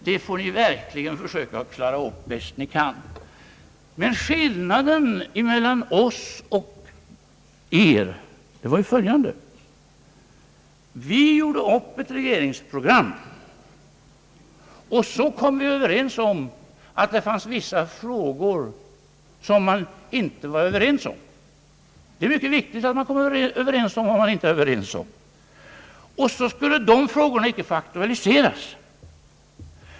Dem får ni klara bäst ni kan! Skillnaden mellan vår koalition och er är följande. Vi gjorde upp ett regeringsprogram. Sedan kom vi överens om att det fanns vissa frågor som vi inte var överens om. Det är mycket viktigt att man kommer överens om vad man inte är överens om. Dessa frågor skulle då inte få aktualiseras.